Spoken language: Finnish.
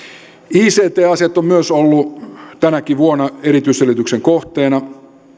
ict asiat ovat myös olleet tänäkin vuonna erityisselvityksen kohteena